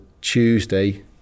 Tuesday